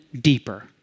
deeper